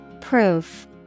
Proof